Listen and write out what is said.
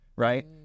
Right